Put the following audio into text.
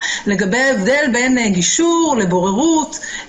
לגבי ההבדל בין גישור לבין בוררות,